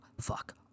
fuck